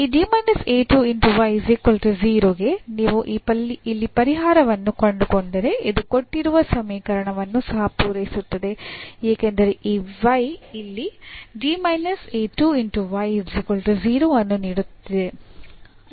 ಈ ಗೆ ನೀವು ಇಲ್ಲಿ ಪರಿಹಾರವನ್ನು ಕಂಡುಕೊಂಡರೆ ಇದು ಕೊಟ್ಟಿರುವ ಸಮೀಕರಣವನ್ನು ಸಹ ಪೂರೈಸುತ್ತದೆ ಏಕೆಂದರೆ ಈ y ಇಲ್ಲಿ ಅನ್ನು ನೀಡುತ್ತಿದೆ ಎಂದು ನಮಗೆ ತಿಳಿದಿದೆ